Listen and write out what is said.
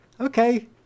okay